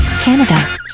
Canada